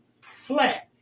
flat